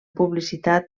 publicitat